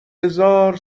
هزار